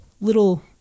little